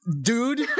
dude